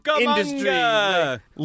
industry